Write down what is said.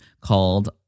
called